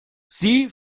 sie